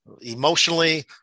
emotionally